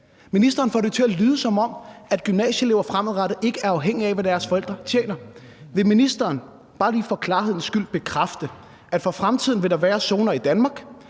Ministeren får det til at lyde, som om gymnasieelever fremadrettet ikke er afhængige af, hvad deres forældre tjener. Vil ministeren bare lige for klarhedens skyld bekræfte, at for fremtiden vil der være zoner i Danmark,